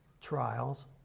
trials